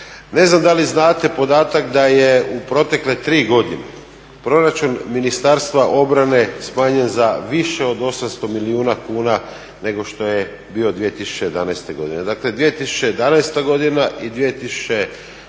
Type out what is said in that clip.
Ne znam da li znate podatak da je u protekle tri godine proračun Ministarstva obrane smanjen za više od 800 milijuna kuna nego što je bio 2011. godine.